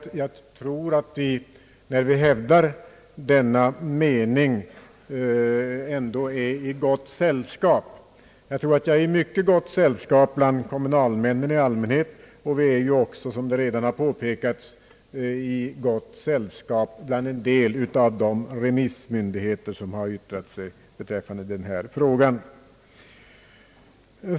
När vi emellertid hävdar denna mening, är vi ändå i mycket gott sällskap, bland kommunalmännen i allmänhet och, som det har påpekats redan, även bland en del remissmyndigheter, som har yttrat sig i frågan.